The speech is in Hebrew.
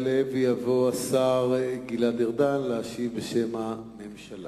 יעלה ויבוא השר גלעד ארדן להשיב בשם הממשלה.